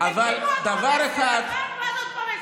הקימו עוד פעם ב-2021,